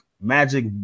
magic